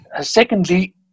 Secondly